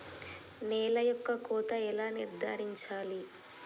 నేల యొక్క కోత ఎలా నిర్ధారించాలి?